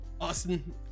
Austin